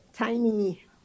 tiny